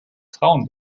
frauen